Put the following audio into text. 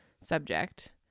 subject